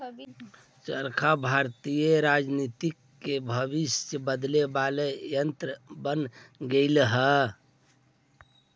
चरखा भारतीय राजनीति के भविष्य बदले वाला यन्त्र बन गेले हई